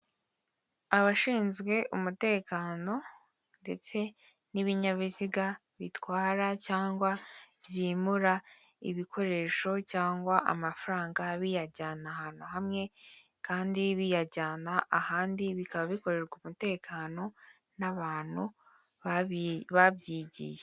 abashinzwe umutekano ndetse n'ibinyabiziga bitwara cyangwa byimura ibikoresho cyangwa amafaranga biyajyana ahantu hamwe kandi biyajyana ahandi bikaba bikorerwa umutekano n'abantu babyigiye.